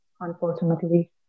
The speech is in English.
Unfortunately